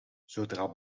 zodra